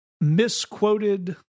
misquoted